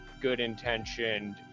good-intentioned